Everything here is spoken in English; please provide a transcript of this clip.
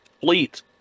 fleet